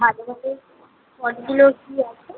আশেপাশে কতগুলো কী আছে